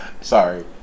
Sorry